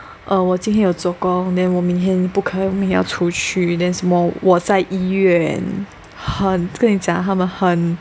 err 我今天有做工 then 我明天不可以我要出去 then 什么我在医院很跟你讲他们很